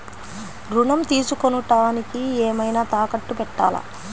ఋణం తీసుకొనుటానికి ఏమైనా తాకట్టు పెట్టాలా?